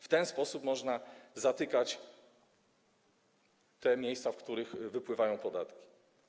W ten sposób można zatykać te miejsca, z których wypływają podatki.